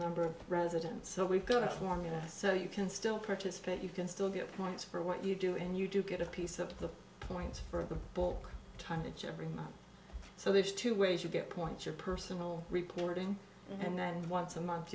number of residents so we've got a formula so you can still participate you can still get points for what you do and you do get a piece of the points for the book time to jabbering so there's two ways you get points for personal reporting and then once a month